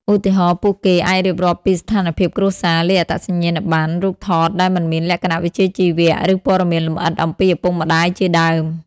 ឧទាហរណ៍ ពួកគេអាចរៀបរាប់ពីស្ថានភាពគ្រួសារ លេខអត្តសញ្ញាណប័ណ្ណ រូបថតដែលមិនមានលក្ខណៈវិជ្ជាជីវៈ ឬព័ត៌មានលម្អិតអំពីឪពុកម្តាយជាដើម។